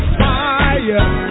fire